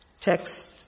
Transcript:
Text